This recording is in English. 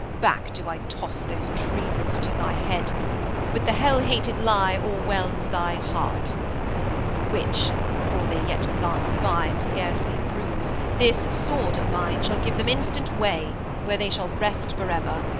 back do i toss those treasons to thy head with the hell-hated lie o'erwhelm thy heart which for they yet glance by and scarcely bruise this sword of mine shall give them instant way where they shall rest for ever.